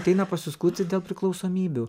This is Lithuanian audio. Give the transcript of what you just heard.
ateina pasiskųsti dėl priklausomybių